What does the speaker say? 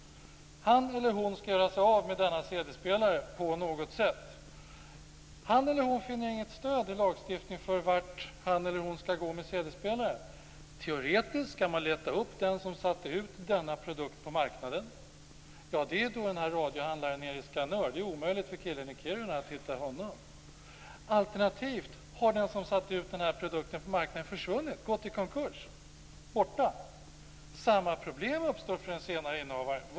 Han eller hon skall göra sig av med denna cd-spelare på något sätt. Han eller hon finner inget stöd i lagstiftningen för vart han eller hon skall gå med cd-spelaren. Teoretiskt kan man leta upp den som satte ut denna produkt på marknaden. Det är den här radiohandlaren nere i Skanör. Det är omöjligt för killen i Kiruna att hitta honom. Alternativt har den som satt ut den här produkten på marknaden försvunnit, gått i konkurs, är borta. Samma problem uppstår för den senare innehavaren.